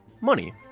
money